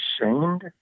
shamed